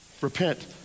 repent